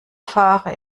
fahre